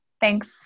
Thanks